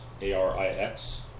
A-R-I-X